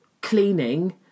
cleaning